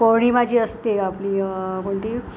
पौर्णिमा जी असते आपली कोणती